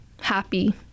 happy